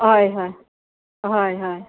हय हय हय हय